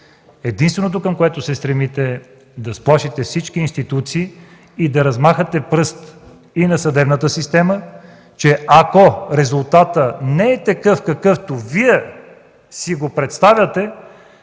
единственото към което се стремите, е да сплашите всички институции и да размахате пръст и на съдебната система, че ако резултатът не е такъв, какъвто Вие си го представяте,